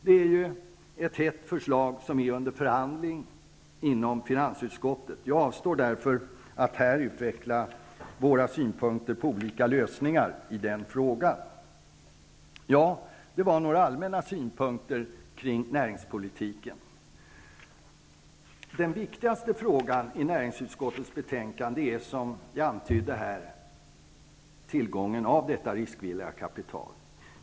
Det är ett hett förslag som är under behandling i finansutskottet, varför jag avstår från att här utveckla våra synpunkter på olika lösningar i denna fråga. Det här var några allmänna synpunkter kring näringspolitiken. Den viktigaste frågan i näringsutskottets betänkande är, som vi tidigare antydde, tillgången på riskvilligt kapital.